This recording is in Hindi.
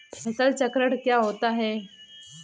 फसल चक्र क्या होता है?